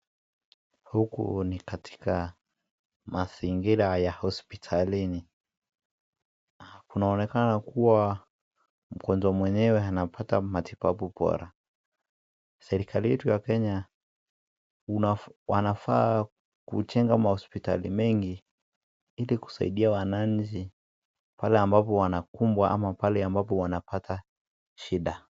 Huku ni katika mazingira ya hospitalini. Kunaonekana kuwa mgonjwa mwenyewe anapata matibabu bora. Serikali yetu ya Kenya wanafaa kujenga mahospitali mengi kusaidia wananchi pale ambapo wanakumbwa ama pale ambapo wanapata shida.